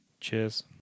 Cheers